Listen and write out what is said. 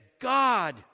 God